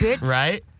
Right